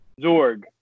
Zorg